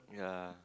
yea